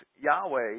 Yahweh